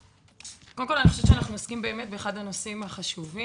אני חושבת שאנחנו עוסקים באחד הנושאים החשובים.